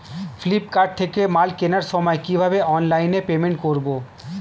Flipkart থেকে মাল কেনার সময় কিভাবে অনলাইনে পেমেন্ট করব?